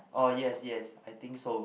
oh yes yes I think so